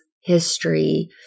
history